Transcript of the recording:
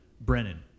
Brennan